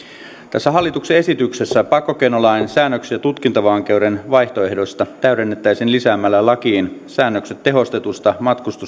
tässä hallituksen esityksessä pakkokeinolain säännöksiä tutkintavankeuden vaihtoehdoista täydennettäisiin lisäämällä lakiin säännökset tehostetusta matkustuskiellosta